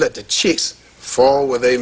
let the chips fall where they